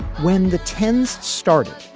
when the ten s started,